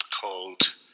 called